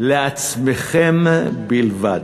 לעצמכם בלבד,